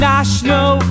National